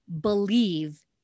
believe